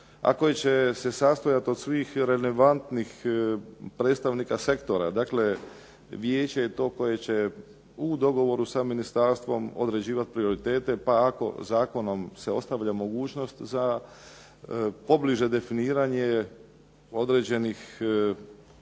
a koje će se sastojati od svih relevantnih predstavnika sektora, dakle vijeće je to koje će u dogovoru sa ministarstvom određivati prioritete, pa ako zakonom se ostavlja mogućnost za pobliže definiranje određenih ja